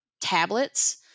tablets